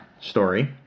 story